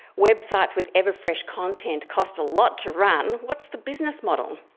websites with ever fresh content cost a lot to run. what's the business model?